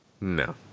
No